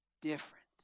different